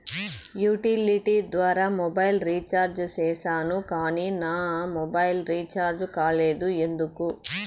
Utility ద్వారా mobile recharge సేసాను కానీ నా మొబైల్ రీచార్జి కాలేదు ఎందుకు?